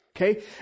Okay